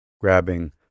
grabbing